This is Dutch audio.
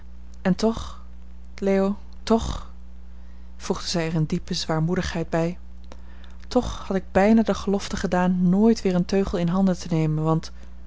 en toch leo toch voegde zij er in diepe zwaarmoedigheid bij toch had ik bijna de gelofte gedaan nooit weer een teugel in handen te nemen want